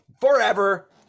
forever